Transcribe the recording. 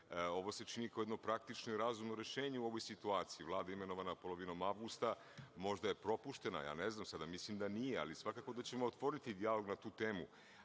Ovo se čini kao jedno praktično i razumno rešenje u ovoj situaciji. Vlada je imenovana polovinom avgusta meseca. Možda je propuštena, ja ne znam, mislim da nije, ali svakako da ćemo otvoriti dijalog na tu temu.